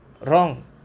wrong